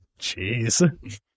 Jeez